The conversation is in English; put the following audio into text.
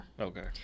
okay